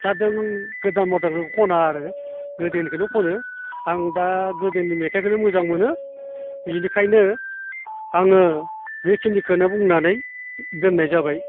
दा जों गोदान मदार्नखौ खना आरो गोदोनिखौनो खनो आं दा गोदोनि मेथाइखौनो मोजां मोनो बेनिखायनो आङो बेखिनिखौनो बुंनानै दोननाय जाबाय